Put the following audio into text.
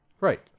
right